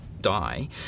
die